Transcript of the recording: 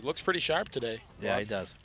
right looks pretty sharp today yeah it does